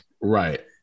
Right